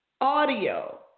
audio